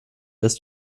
dass